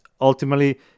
ultimately